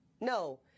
no